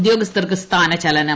ഉദ്യോഗസ്ഥർക്ക് സ്ഥാനചലനം